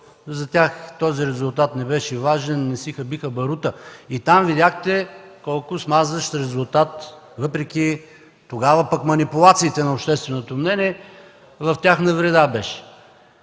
за тях този резултат не беше важен, не си хабиха барута. И там видяхте колко смазващ беше резултатът, въпреки манипулациите тогава на общественото мнение. В тяхна вреда беше.